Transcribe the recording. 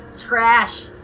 trash